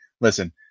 listen